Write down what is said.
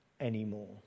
anymore